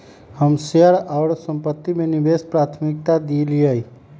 हम शेयर आऽ संपत्ति में निवेश के प्राथमिकता देलीयए